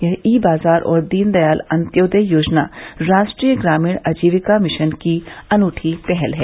यह ई बाजार और दीन दयाल अंत्योदय योजना राष्ट्रीय ग्रामीण आजीविका मिशन की अनूठी पहल है